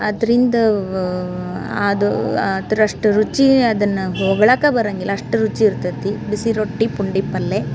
ಅದರಿಂದ ಅದು ಅದ್ರಷ್ಟು ರುಚಿ ಅದನ್ನು ಹೋಗ್ಳೋಕೆ ಬರೋಂಗಿಲ್ಲ ಅಷ್ಟು ರುಚಿ ಇರ್ತದೆ ಬಿಸಿ ರೊಟ್ಟಿ ಪುಂಡಿ ಪಲ್ಲೆ